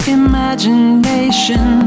imagination